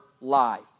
life